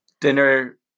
dinner